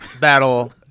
battle